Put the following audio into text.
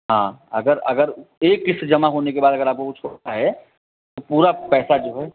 हाँ अगर अगर एक किश्त जमा होने के बाद अगर आप को कुछ होता है तो पूरा पैसा जो है